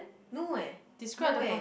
no eh no eh